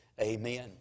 amen